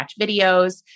videos